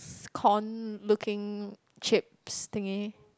s~ corn looking chips thingy